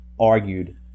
argued